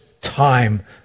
time